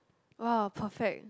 !wow! perfect